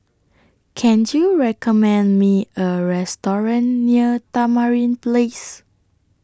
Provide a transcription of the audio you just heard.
Can YOU recommend Me A Restaurant near Tamarind Place